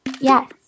Yes